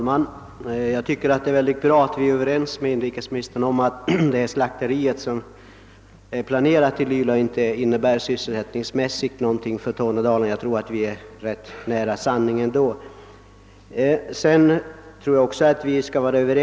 Herr talman! Det är mycket bra att inrikesministern är överens med oss om att det slakteri som är planerat i Luleå inte får någon sysselsättningsmässig effekt för Tornedalen; jag tror att vi är rätt nära sanningen då.